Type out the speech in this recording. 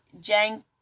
Jang